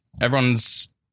Everyone's